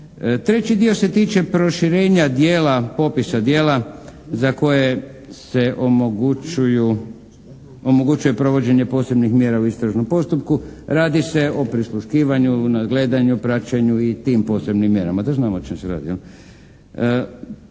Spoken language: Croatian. Treći dio se tiče proširenja popisa dijela za koje se omogućuje provođenje posebnih mjera u istražnom postupku. Radi se o prisluškivanju, nadgledanju, praćenju i tim posebnim mjerama, da znamo o čem se radi,